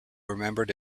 remembered